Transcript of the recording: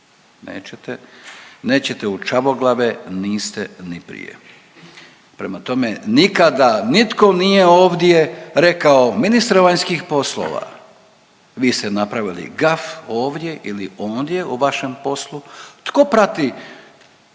nećete u Čavoglave niste ni prije. Prema tome, nikada nitko nije ovdje rekao ministre vanjskih poslova vi ste napravili gaf ovdje ili ondje u vašem poslu. Tko prati,